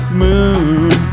moon